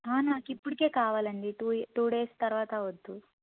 నాకు ఇప్పటికి కావాలండి టూ టూ డేస్ తర్వాత వద్దు